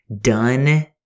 done